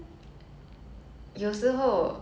must specify the 浅粉红色 cause